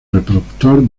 reproductor